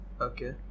Okay